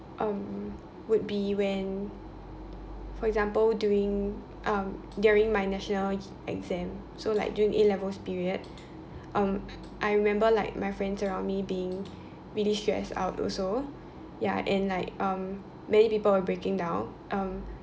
um would be when for example during um during my national exam so like during A-levels period um I remember like my friends around me being really stressed out also ya and like um many people were breaking down um